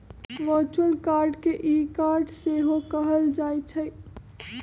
virtual card के e card सेहो कहल जाइ छइ